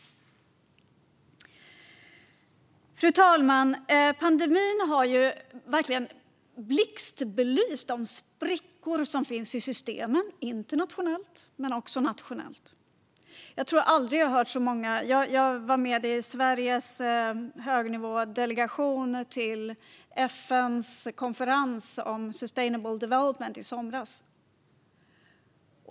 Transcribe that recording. Fru talman! Pandemin har blixtbelyst de sprickor som finns i systemen, både internationellt och nationellt. Jag var med i Sveriges delegation till FN:s högnivåkonferens om sustainable development i somras.